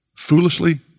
Foolishly